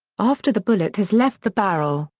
after the bullet has left the barrel,